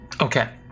Okay